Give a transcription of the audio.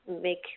make